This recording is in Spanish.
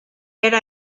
era